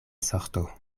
sorto